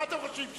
מה אתם חושבים שזה?